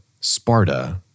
Sparta